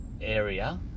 area